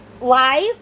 live